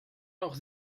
noch